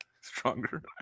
Stronger